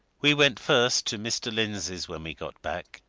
we went first to mr. lindsey's when we got back,